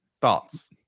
Thoughts